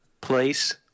place